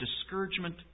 discouragement